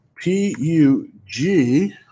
P-U-G